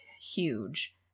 huge